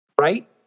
right